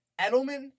Edelman